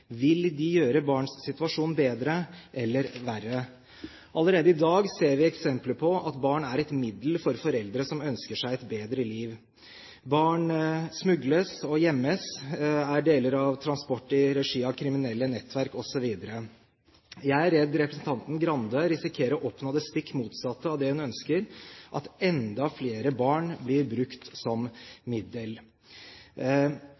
vil de gjøre barns situasjon bedre eller verre? Allerede i dag ser vi eksempler på at barn er et middel for foreldre som ønsker seg et bedre liv. Barn smugles og gjemmes, er deler av transport i regi av kriminelle nettverk, osv. Jeg er redd representanten Skei Grande risikerer å oppnå det stikk motsatte av det hun ønsker, at enda flere barn blir brukt som